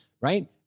right